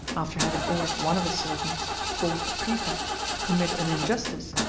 after having ordered one of his servants, called a prefect, to commit an injustice,